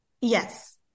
Yes